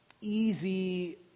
easy